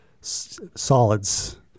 solids